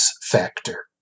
Factor